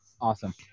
Awesome